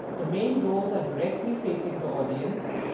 the main doors are directly facing the audience.